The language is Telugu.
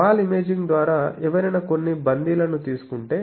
వాల్ ఇమేజింగ్ ద్వారా ఎవరైనా కొన్ని బందీలను తీసుకుంటే